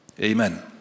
Amen